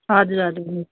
हजुर हजुर मिस